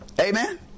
Amen